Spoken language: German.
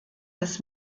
des